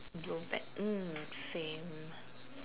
drove back mm same